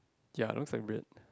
ya looks like black